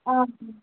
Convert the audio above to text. অঁ